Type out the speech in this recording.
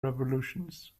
revolutions